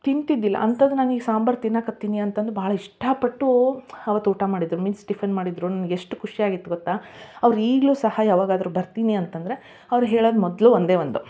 ತಿಂತಿದ್ದಿಲ್ಲ ಅಂತದ್ದು ನಾನು ಈಗ ಸಾಂಬಾರು ತಿನ್ನೋಕೆ ಹತ್ತೀನಿ ಅಂತಂದು ಭಾಳ ಇಷ್ಟಪಟ್ಟು ಆವತ್ತು ಊಟ ಮಾಡಿದರು ಮೀನ್ಸ್ ಟಿಫನ್ ಮಾಡಿದರು ನನ್ಗೆ ಎಷ್ಟು ಖುಷಿ ಆಗಿತ್ತು ಗೊತ್ತ ಅವರು ಈಗಲೂ ಸಹ ಯಾವಾಗಾದರೂ ಬರ್ತೀನಿ ಅಂತ ಅಂದ್ರೆ ಅವ್ರು ಹೇಳೋದು ಮೊದಲು ಒಂದೇ ಒಂದು